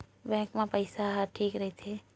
Bank मा पईसा ह ठीक राइथे?